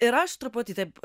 ir aš truputį taip